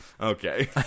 Okay